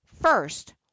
First